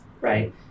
right